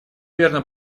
верно